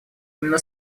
именно